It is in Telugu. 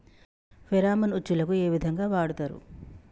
ఫెరామన్ ఉచ్చులకు ఏ విధంగా వాడుతరు?